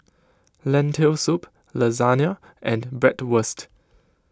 Lentil Soup Lasagne and Bratwurst